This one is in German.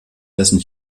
dessen